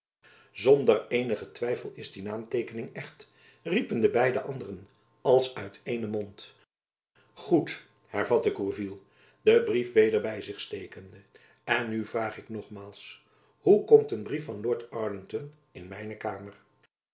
zonder eenigen twijfel is die naamteekening echt riepen de beide anderen als uit eenen mond goed hervatte gourville den brief weder by zich stekende en nu vraag ik nogmaals hoe komt een brief van lord arlington in mijne kamer